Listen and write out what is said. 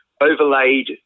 overlaid